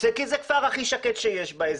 כי זה כפר הכי שקט באזור.